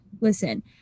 listen